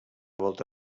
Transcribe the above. volta